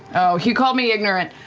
oh, he called me ignorant.